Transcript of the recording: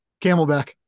camelback